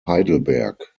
heidelberg